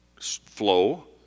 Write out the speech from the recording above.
flow